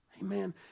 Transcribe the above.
Amen